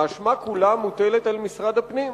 האשמה כולה מוטלת על משרד הפנים.